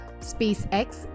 SpaceX